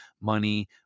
money